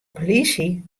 polysje